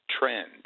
trend